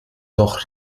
noch